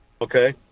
Okay